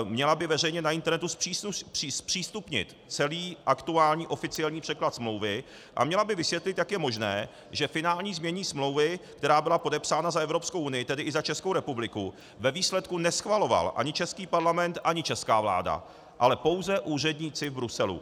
Měla by veřejně na internetu zpřístupnit celý aktuální oficiální překlad smlouvy a měla by vysvětlit, jak je možné, že finální znění smlouvy, která byla podepsána za Evropskou unii, tedy i za Českou republiku, ve výsledku neschvaloval ani český Parlament, ani česká vláda, ale pouze úředníci v Bruselu.